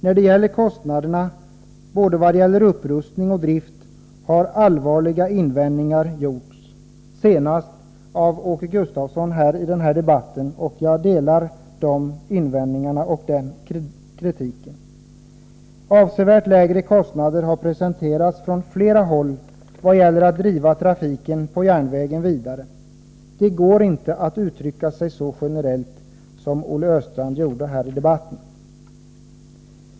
När det gäller kostnaderna både för upprustning och för drift har allvarliga invändningar gjorts, senast av Åke Gustavsson i den här debatten. Jag delar de invändningarna och den kritiken. Från flera håll har man presenterat avsevärt lägre kostnader för att driva trafiken på järnvägen vidare. Det går inte att uttrycka sig så generellt som Olle Östrand gjorde här i debatten.